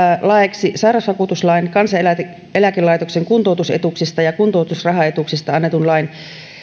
laeiksi sairausvakuutuslain kansaneläkelaitoksen kuntoutusetuuksista ja kuntoutusrahaetuuksista annetun lain